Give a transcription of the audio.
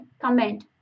comment